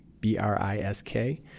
B-R-I-S-K